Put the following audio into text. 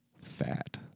Fat